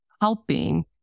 helping